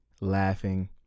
laughing